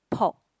pork